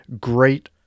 great